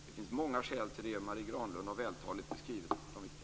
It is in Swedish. Det finns många skäl till det. Marie Granlund har vältaligt beskrivit de viktigaste.